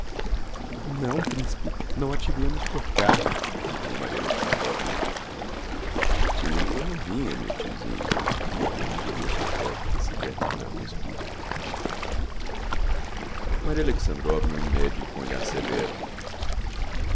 não principe não a tivemos por cá affirmou maria alexandrovna tinhamos a morrinha meu tiozinho interrompeu mozgliakov que se quer tornar conspicuo maria alexandrovna méde o com olhar sevéro